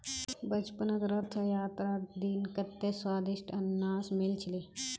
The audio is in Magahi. बचपनत रथ यात्रार दिन कत्ते स्वदिष्ट अनन्नास मिल छिले